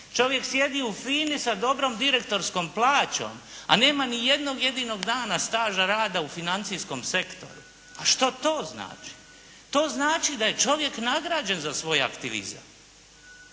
Čovjek sjedi u FINA-i sa dobrom direktorskom plaćom, a nema ni jednog jedinog dana staža rada u financijskom sektoru. A što to znači? To znači da je čovjek nagrađen za svoj aktivizam.